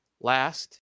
last